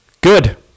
good